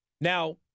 Now